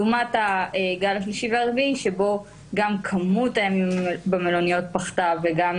לעומת הגל השלישי והרביעי שבו גם כמות המבודדים במלוניות וגם